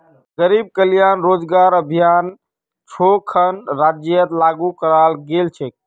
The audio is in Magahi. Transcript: गरीब कल्याण रोजगार अभियान छो खन राज्यत लागू कराल गेल छेक